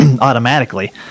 automatically